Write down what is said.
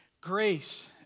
grace